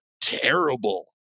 terrible